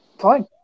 fine